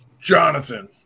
Jonathan